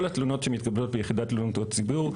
התלונות שמתקבלות ביחידה לתלונות הציבור.